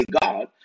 God